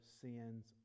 sins